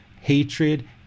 hatred